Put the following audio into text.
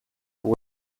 pour